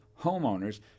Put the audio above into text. homeowners